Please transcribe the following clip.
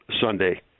Sunday